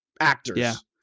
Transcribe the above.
actors